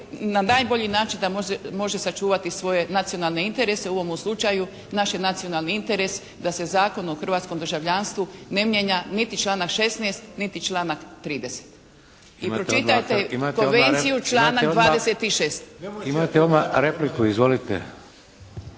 na najbolji način može sačuvati svoje nacionalne interese, u ovome slučaju naš je nacionalni interes da se Zakon o hrvatskom državljanstvu ne mijenja niti članak 16. niti članak 30. I pročitajte Konvenciju, članak 26. **Šeks, Vladimir